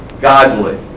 godly